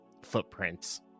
footprints